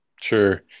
sure